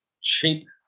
cheap